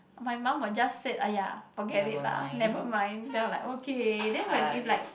my mum will just said !aiya! forget it lah nevermind then I'm like okay then when if like